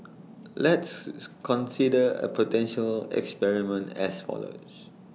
let's consider A potential experiment as follows